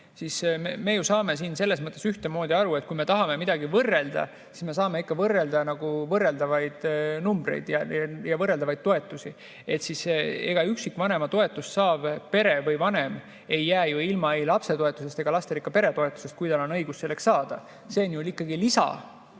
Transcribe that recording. siis me ju saame siin selles mõttes ühtemoodi aru, et kui me tahame midagi võrrelda, siis me saame ikka võrrelda võrreldavaid numbreid ja võrreldavaid toetusi. Ega üksikvanema toetust saav pere või vanem ei jää ilma ei lapsetoetusest ega lasterikka pere toetusest, kui tal on õigus seda saada. See on ju ikkagi